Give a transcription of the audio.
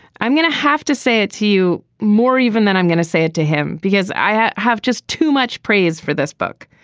i'm going to have to say it to you more even than i'm going to say it to him, because i have have just too much praise for this book.